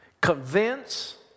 convince